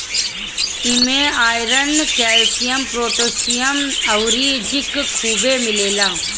इमे iron, calcium, potassium अउरी zinc खुबे मिलेला